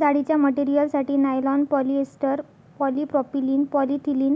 जाळीच्या मटेरियलसाठी nylon, polyester, polypropylene, polyethylene